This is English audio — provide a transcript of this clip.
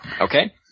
Okay